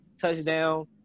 touchdown